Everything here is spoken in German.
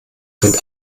rennt